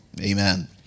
amen